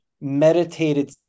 meditated